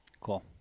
Cool